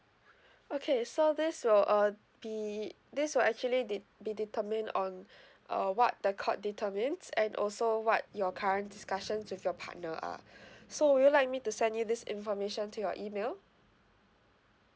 okay so this will uh be uh this will actually de~ be determine on uh what the court determines and also what your current discussions with your partner are so would you like me to send you this information to your email